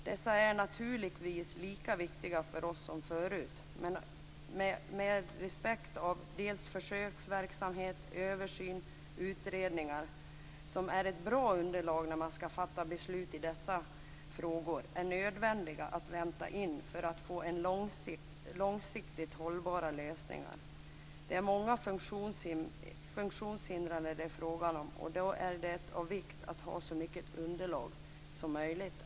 De är naturligtvis lika viktiga för oss som förut, men vi har respekt för pågående försöksverksamhet, översyner och utredningar, som är ett bra underlag när man skall fatta beslut i dessa frågor och nödvändiga att invänta för att få långsiktigt hållbara lösningar. Det är fråga om många funktionshindrade, och vi anser att det då är av vikt att ha så mycket underlag som möjligt.